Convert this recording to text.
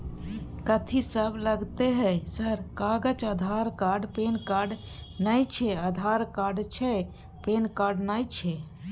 कथि सब लगतै है सर कागज आधार कार्ड पैन कार्ड नए छै आधार कार्ड छै पैन कार्ड ना छै?